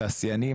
תעשיינים,